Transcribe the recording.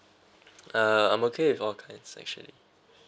uh I'm okay with all kinds actually